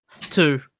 Two